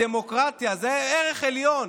בדמוקרטיה זה ערך עליון,